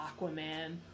Aquaman